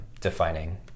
defining